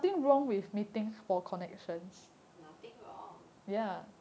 nothing wrong